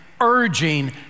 urging